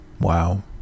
wow